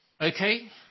Okay